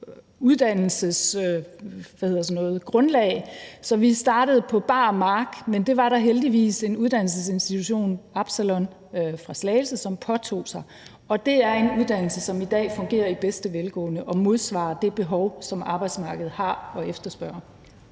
ingeniøruddannelsesgrundlag, så vi startede på bar mark. Men det var der heldigvis en uddannelsesinstitution, Absalon, fra Slagelse, som påtog sig, og det er en uddannelse, som i dag fungerer i bedste velgående og modsvarer det behov, som arbejdsmarkedet har, og den efterspørgsel,